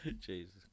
Jesus